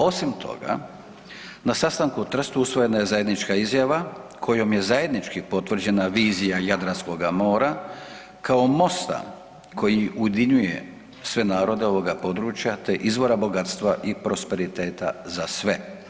Osim toga, na sastanku u Trstu usvojena je zajednička izjava kojom je zajednički potvrđena vizija Jadranskoga mora kao mosta koji ujedinjuje sve narode ovoga područja te izvora bogatstva i prosperiteta za sve.